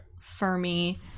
Fermi